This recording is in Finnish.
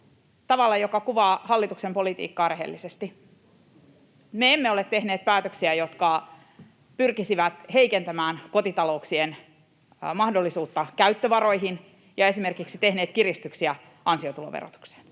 tavalla, joka kuvaa hallituksen politiikkaa rehellisesti. Me emme ole tehneet päätöksiä, jotka pyrkisivät heikentämään kotitalouksien mahdollisuutta käyttövaroihin, ja esimerkiksi tehneet kiristyksiä ansiotuloverotukseen.